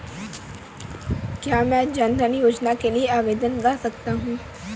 क्या मैं जन धन योजना के लिए आवेदन कर सकता हूँ?